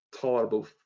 tolerable